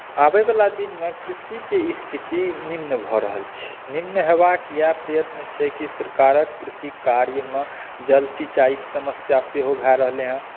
आबै वला दिनमे कृषिकेँ स्थिति निम्न भऽ रहल छै निम्न हेबाक याह प्रयत्न छै कि सरकारक कृषी कार्यमे जल सिचाईकेँ समस्या सेहो भऽ रहलै हँ